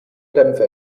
dämpfe